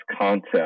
concept